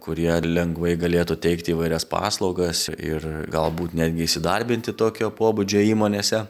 kurie lengvai galėtų teikti įvairias paslaugas ir galbūt netgi įsidarbinti tokio pobūdžio įmonėse